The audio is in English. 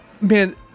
Man